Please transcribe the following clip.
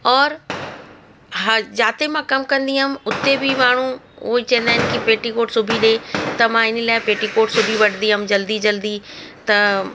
औरि हा जाते मां कमु कंदी हुअमि उते बि माण्हू उहे चवंदा आहिनि की पेटीकोट सिबी ॾिए त मां इन लाइ पेटीकोट सिबी वठंदी हुअमि जल्दी जल्दी त